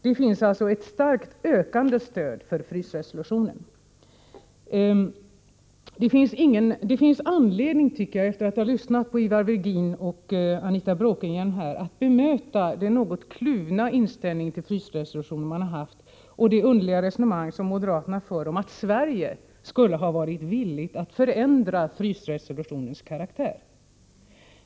Det finns således ett starkt ökat stöd för frysresolutionen. Det finns anledning, tycker jag, efter att ha lyssnat på Ivar Virgin och Anita Bråkenhielm, att bemöta den något kluvna inställning till frysresolutionen som moderaterna har haft och det underliga resonemang som moderaterna för om att Sverige skulle ha varit villigt att förändra frysresolutionens karaktär.